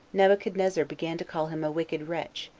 nebuchadnezzar began to call him a wicked wretch,